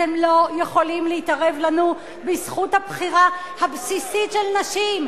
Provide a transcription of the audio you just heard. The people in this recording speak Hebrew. אתם לא יכולים להתערב לנו בזכות הבחירה הבסיסית של נשים.